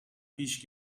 پیش